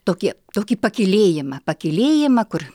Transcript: tokie tokį pakylėjimą pakylėjimą kur